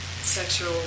sexual